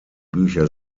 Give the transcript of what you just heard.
bücher